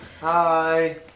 Hi